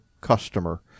customer